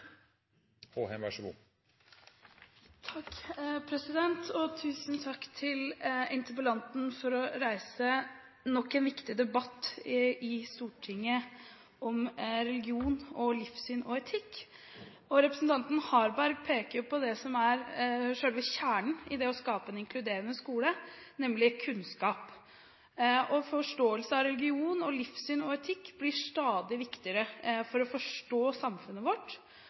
Tusen takk til interpellanten for å ha reist nok en viktig debatt i Stortinget om religion, livssyn og etikk. Representanten Harberg peker på det som er selve kjernen i det å skape en inkluderende skole, nemlig kunnskap. Forståelse av religion, livssyn og etikk blir stadig viktigere for å forstå samfunnet vårt